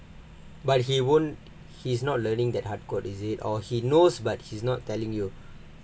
but he won't he's not learning that hard code is it or he knows but he's not telling you